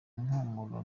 mpumuro